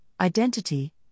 identity